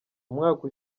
umwaka